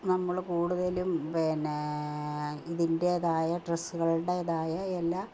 നമ്മൾ കൂടുതലും പിന്നേ ഇതിൻറ്റേതായ ഡ്രസ്സുകളുടേതായ എല്ലാ